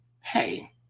Hey